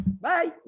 Bye